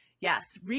yes